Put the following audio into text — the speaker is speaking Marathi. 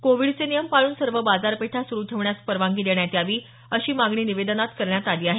कोविडचे नियम पाळून सर्व बाजारपेठा सु्रु ठेवण्यास परवानगी देण्यात यावी अशी मागणी निवेदनात करण्यात आली आहे